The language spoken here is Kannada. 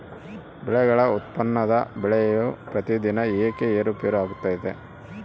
ಬೆಳೆಗಳ ಉತ್ಪನ್ನದ ಬೆಲೆಯು ಪ್ರತಿದಿನ ಏಕೆ ಏರುಪೇರು ಆಗುತ್ತದೆ?